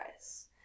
guys